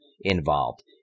involved